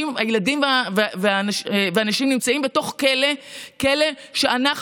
הילדים והנשים נמצאים בתוך כלא שאנחנו,